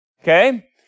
okay